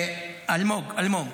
אלמוג, אלמוג.